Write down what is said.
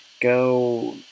go